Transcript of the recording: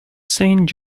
saint